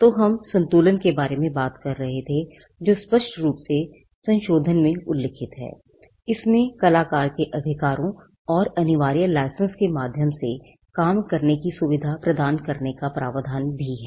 तो हम संतुलन के बारे में बात कर रहे थे जो स्पष्ट रूप से संशोधन में उल्लिखित है इसमें कलाकार के अधिकारों और अनिवार्य लाइसेंस के माध्यम से काम करने की सुविधा प्रदान करने का प्रावधान भी है